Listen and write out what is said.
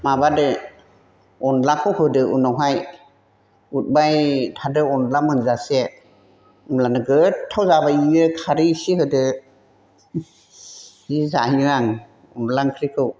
माबादो अनलाखौ होदो उनावहाय उरबाय थादो अनला मोनजासे होनब्लानो गोथाव जाबाय बेयो खारै इसे होदो जि जायो आं अनला ओंख्रिखौ